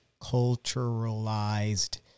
culturalized